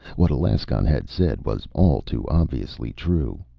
what alaskon had said was all too obviously true.